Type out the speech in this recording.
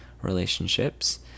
relationships